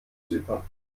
zypern